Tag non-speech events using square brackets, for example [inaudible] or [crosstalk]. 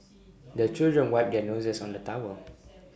[noise] the children wipe their noses on the towel [noise]